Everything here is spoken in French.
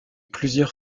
plusieurs